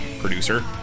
producer